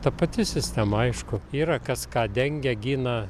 ta pati sistema aišku yra kas ką dengia gina